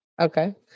Okay